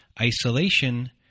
isolation